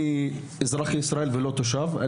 אני אזרח ישראלי אך לא תושב.